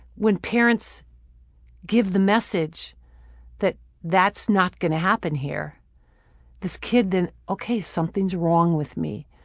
when parents give the message that that's not gonna happen here this kid then, okay, something's wrong with me.